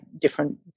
different